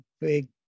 big